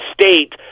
State